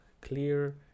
clear